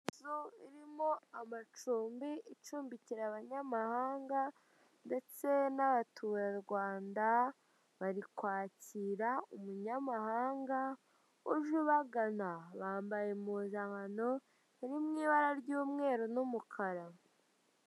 Inzu irimo amacumbi icumbikira abanyamahanga ndetse n'abaturarwanda bari kwakira umunyamahanga uje ubagana bambaye impuzankanao iri mu ibara ry'umukara.